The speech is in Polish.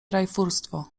rajfurstwo